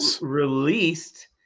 released